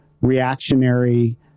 reactionary